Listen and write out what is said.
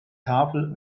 tafel